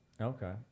Okay